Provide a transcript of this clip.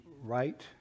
Right